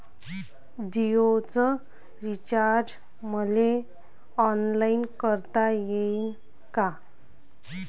जीओच रिचार्ज मले ऑनलाईन करता येईन का?